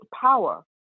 power